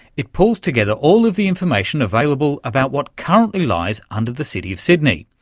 it pulls together all of the information available about what currently lies under the city of sydney.